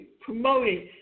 promoting